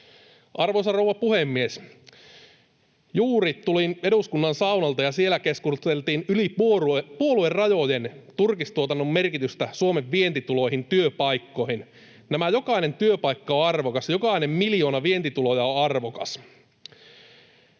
Arvoisa rouva puhemies! Juuri tulin eduskunnan saunalta, ja siellä keskusteltiin yli puoluerajojen turkistuotannon merkityksestä Suomen vientituloihin ja työpaikkoihin. Jokainen näistä työpaikoista on arvokas, ja jokainen miljoona vientituloja on arvokas.